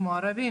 כמו ערבים,